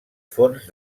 fons